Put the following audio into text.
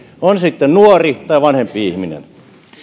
on sitten nuori tai vanhempi ihminen